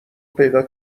پیدا